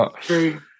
True